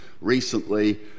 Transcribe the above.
recently